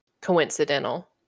coincidental